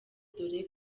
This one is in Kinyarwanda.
dore